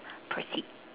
proceed